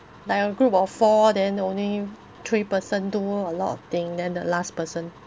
like a group of four then only three person do a lot of thing then the last person